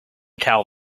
cow